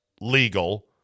legal